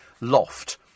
loft